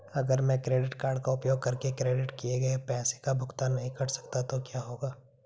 अगर मैं credit card का उपयोग करके क्रेडिट किए गए पैसे का भुगतान नहीं कर सकता तो क्या होगा?